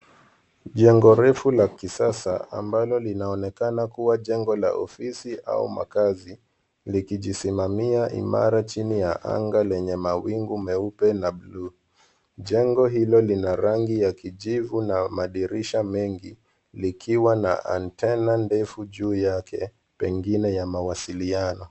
Jengo refu la kisasa ambalo linaonekana kuwa jengo la ofisi au makazi likijisimamia imara chini ya anga lenye mawingu meupe na bluu. Jengo hilo lina rangi ya kijivu na madirisha mengi likiwa na antena ndefu juu yake pengine ya mawasiliano.